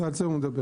על זה הוא מדבר.